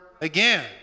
again